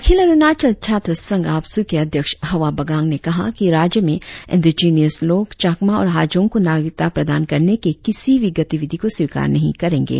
अखिल अरुणाचल छात्र संघ आपसू के अध्यक्ष हवा बगाड़ ने कहा कि राज्य में इंडिजिनियश लोग चाकमा और हाजोंग को नागरिकता प्रदान करने के किसी भी गतिविधि को स्वीकार नही करेंगे